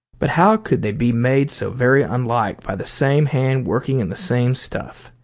but how could they be made so very unlike by the same hand working in the same stuff?